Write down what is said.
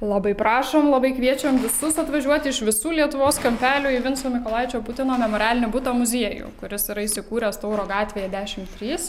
labai prašom labai kviečiam visus atvažiuoti iš visų lietuvos kampelių į vinco mykolaičio putino memorialinį butą muziejų kuris yra įsikūręs tauro gatvėje dešim trys